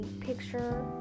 picture